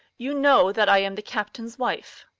you know that i am the captain's wife.